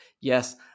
Yes